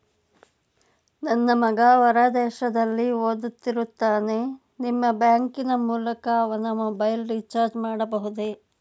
ನನ್ನ ಮಗ ಹೊರ ದೇಶದಲ್ಲಿ ಓದುತ್ತಿರುತ್ತಾನೆ ನಿಮ್ಮ ಬ್ಯಾಂಕಿನ ಮೂಲಕ ಅವನ ಮೊಬೈಲ್ ರಿಚಾರ್ಜ್ ಮಾಡಬಹುದೇ?